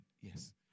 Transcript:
Yes